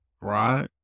right